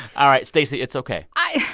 all right. stacey, it's ok i.